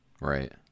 Right